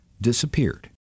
disappeared